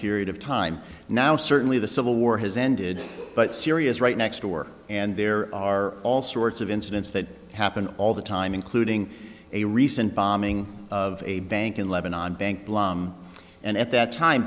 period of time now certainly the civil war has ended but serious right next door and there are all sorts of incidents that happen all the time including a recent bombing of a bank in lebanon bank and at that time